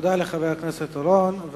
תודה לחבר הכנסת אורון.